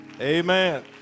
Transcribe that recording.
Amen